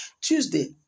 Tuesday